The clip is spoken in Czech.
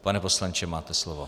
Pane poslanče, máte slovo.